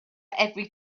every